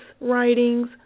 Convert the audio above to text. writings